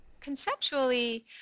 Conceptually